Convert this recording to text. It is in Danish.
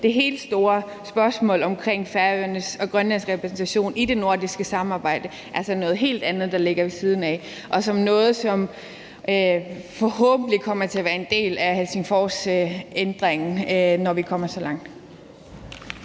Det helt store spørgsmål om Færøernes og Grønlands repræsentation i det nordiske samarbejde er noget helt andet, der ligger ved siden af, og noget, som forhåbentlig kommer til at være en del af ændringen af Helsingforsaftalen, når vi kommer så langt.